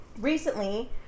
recently